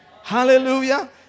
Hallelujah